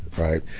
right?